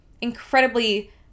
incredibly